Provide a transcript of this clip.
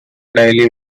daily